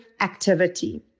activity